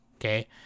Okay